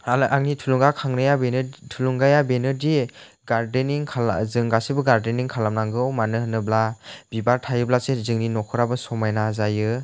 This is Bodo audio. आरलाय आंनि थुलुंगा खांनाया बेनो थुलुंगाया बेनोदि गारदेनिं खालाम जों गासिबो गारदेनिं खालामनांगौ मानो होनोब्ला जों बिबार थायोब्लासो जोंनि न'खराबो समायना जायो